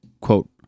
quote